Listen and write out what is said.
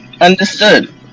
understood